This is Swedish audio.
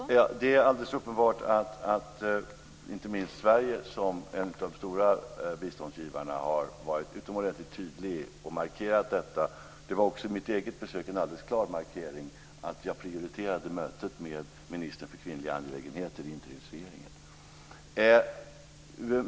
Fru talman! Det är alldeles uppenbart att inte minst Sverige som en av de stora biståndsgivarna har varit utomordentligt tydligt och markerat detta. Det gjordes också vid mitt eget besök en klar markering att jag prioriterade mötet med ministern för kvinnliga angelägenheter i interimsregeringen.